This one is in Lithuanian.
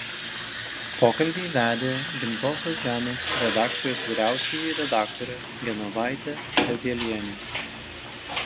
pokalbį vedė gimtosios žemės redakcijos vyriausioji redaktorė genovaitė kazielienė